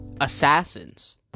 assassins